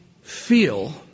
feel